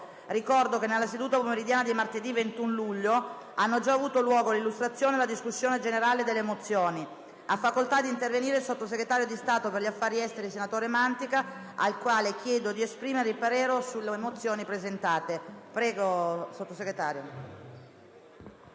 Ricordo che nella seduta pomeridiana di martedì 21 luglio hanno avuto luogo l'illustrazione e la discussione delle mozioni. Ha facoltà di intervenire il sottosegretario di Stato per gli affari esteri, senatore Mantica, al quale chiedo di esprimere il parere sulle mozioni presentate.